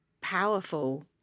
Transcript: powerful